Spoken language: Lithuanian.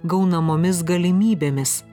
gaunamomis galimybėmis